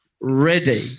ready